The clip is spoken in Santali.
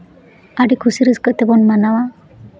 ᱟᱹᱰᱤ ᱠᱩᱥᱤ ᱨᱟᱹᱥᱠᱟᱹ ᱛᱮᱵᱚᱱ ᱢᱟᱱᱟᱣᱟ